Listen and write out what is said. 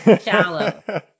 shallow